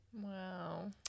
Wow